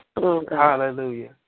Hallelujah